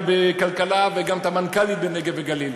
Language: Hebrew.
המנכ"ל במשרד הכלכלה וגם את המנכ"לית במשרד לפיתוח הנגב והגליל.